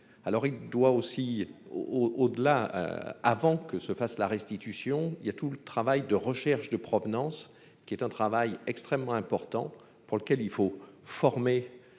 Alors il doit aussi au au-delà avant que se fasse la restitution. Il y a tout le travail de recherche de provenance, qui est un travail extrêmement important pour lequel il faut former. Des